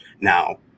now